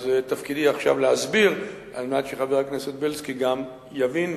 אז תפקידי עכשיו להסביר על מנת שחבר הכנסת בילסקי גם יבין,